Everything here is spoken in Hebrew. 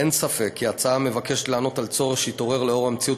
אין ספק כי ההצעה מבקשת לענות על צורך שהתעורר בעקבות המציאות